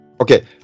Okay